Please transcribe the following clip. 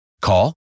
Call